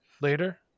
later